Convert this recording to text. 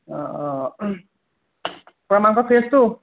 অঁ অঁ পূৰা মাংস ফ্ৰেছটো